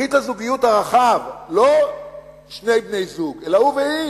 ברית הזוגיות הרחב, לא שני בני-זוג, אלא הוא והיא,